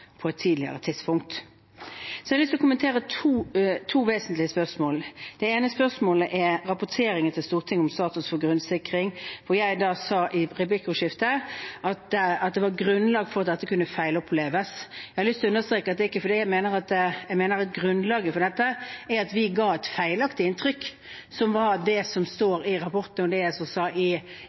på et tidligere tidspunkt. Så har jeg lyst til å kommentere to vesentlige spørsmål. Det ene er rapporteringen til Stortinget om status for grunnsikring. Der sa jeg i et replikkordskifte at det var grunnlag for at dette kunne feiloppleves. Jeg har lyst til å understreke at det er fordi jeg mener at grunnlaget for dette er at vi ga et feilaktig inntrykk, som er det som står i rapporten, og det jeg også sa i